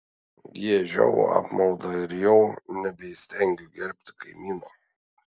giežiau apmaudą ir jau nebeįstengiau gerbti kaimyno